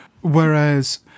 whereas